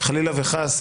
חלילה וחס,